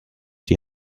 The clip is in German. die